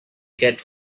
get